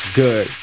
good